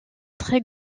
très